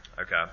Okay